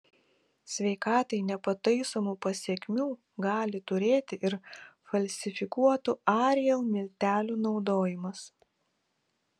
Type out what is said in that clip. sveikatai nepataisomų pasekmių gali turėti ir falsifikuotų ariel miltelių naudojimas